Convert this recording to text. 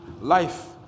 Life